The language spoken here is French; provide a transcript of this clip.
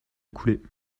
écoulés